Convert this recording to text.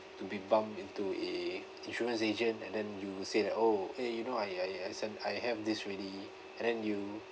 to be bump into a insurance agent and then you say that oh eh you know I I I sam I have this already and then you